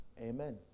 Amen